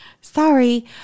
sorry